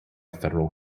federal